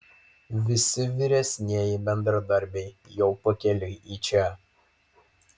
visi vyresnieji bendradarbiai jau pakeliui į čia